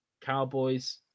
Cowboys